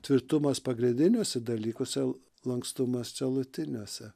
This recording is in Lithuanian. tvirtumas pagrindiniuose dalykuose lankstumas šakutiniuose